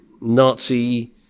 Nazi